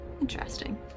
Interesting